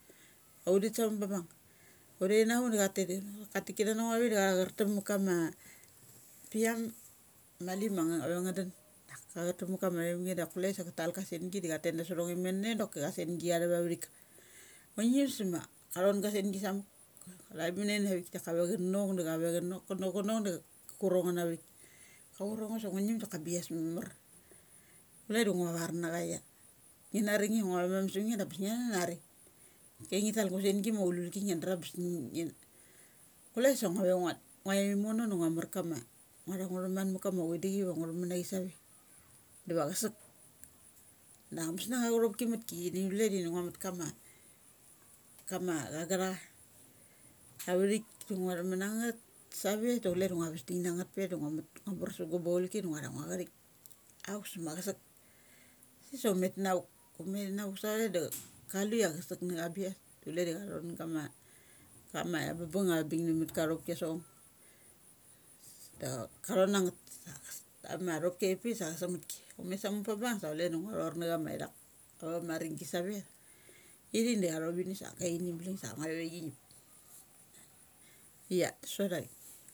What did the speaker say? Aun det sa muk pa bung. Un dethi na vuk da cha thethinavuk. Ka tethinavuk ka tik kanana ngo aik da cha chartup ma kama pi am mali ma nga dun ka chartup ma kama vaimgi dak kule sa cha tal ka sangi da cha tet na sot ango imane daki cha sengi chia thup avathik. Ngu ngim suma cha thon ga sengi sam muk. Thai munen athik dak ka ue cha nok, ka nok, ka nok, ka nok, da kur angngo nava thik ka churang ngo sok ngus ngim sok abias mamar. Kule du ngua var na cha ia ngi na ri nge ngua matha mun sum nge da ambes ngina nari. Ia tiathik ngital ka sengi ma aula isi ngia do am bes gi kule sa ngua ve ngu ait imono da ng ua mor kama ngu athu ngu thaman ma kama chud i chi di va ngu thaman a chi save diva chasek. Da ango bes na chama chu tho pki mat ki du chule dini ngua mat kama, kama cha ga tha cha kavathik da ngua thaman ang ngeth save da ngua vas ding na ngethpe da ngus brus sugu baulki da ngua tha ngua chathik. Auk sa ma chasek. Sip sa um met in namuk. Um met in amuk sa there da ka lu ia kasakna cha bi asds da chule da cha thon gama kama ba bung ava bik na makama thopki assa chong sta cha thon angngeth. Sa cha thopki apik da chasek matki. Um met sa muk pa bung sa chule da ngua thor na cha ma ithuk ama anningi save. Ithik sa athopini sa gaini sa ngave chi ngip ia sot avik.